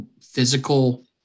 physical